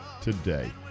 today